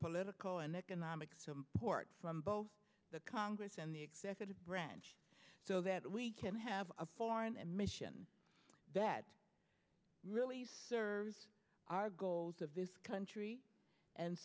political and economic port from both the congress and the executive branch so that we can have a foreign and mission that really serves our goals of this country and